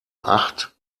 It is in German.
acht